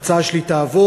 ההצעה שלי תעבור,